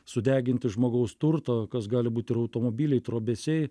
sudeginti žmogaus turtą kas gali būt ir automobiliai trobesiai